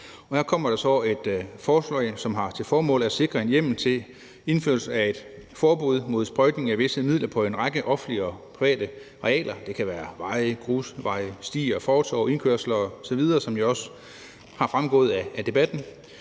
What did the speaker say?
her kommer der så et forslag, som har til formål at sikre en hjemmel til indførelsen af et forbud mod sprøjtning med visse midler på en række offentlige og private arealer – det kan være veje, grusveje, stier, fortove, indkørsler osv., som det også er fremgået af debatten